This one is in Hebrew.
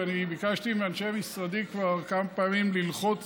וביקשתי מאנשי משרדי כבר כמה פעמים ללחוץ